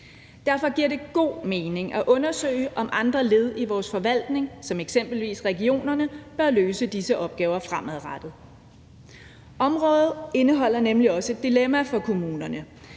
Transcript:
Derfor giver det god mening at undersøge, om andre led i vores forvaltning som eksempelvis regionerne bør løse disse opgaver fremadrettet. Området indeholder nemlig også et dilemma for kommunerne.